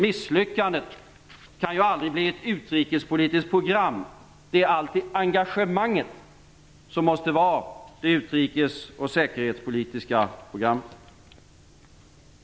Misslyckandet kan aldrig bli ett utrikespolitiskt program. Det är alltid engagemanget som måste vara det utrikes och säkerhetspolitiska programmet.